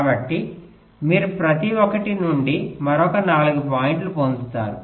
కాబట్టి మీరు ప్రతి ఒక్కటి నుండి మరో 4 పాయింట్లను పొందుతారు